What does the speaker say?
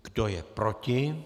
Kdo je proti?